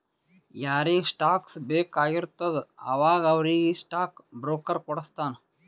ಯಾರಿಗ್ ಸ್ಟಾಕ್ಸ್ ಬೇಕ್ ಆಗಿರ್ತುದ ಅವಾಗ ಅವ್ರಿಗ್ ಸ್ಟಾಕ್ ಬ್ರೋಕರ್ ಕೊಡುಸ್ತಾನ್